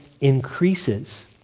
increases